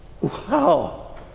Wow